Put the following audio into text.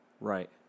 Right